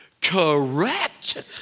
Correct